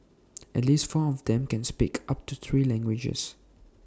at least four of them can speak up to three languages